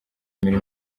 muri